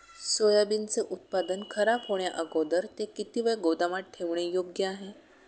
सोयाबीनचे उत्पादन खराब होण्याअगोदर ते किती वेळ गोदामात ठेवणे योग्य आहे?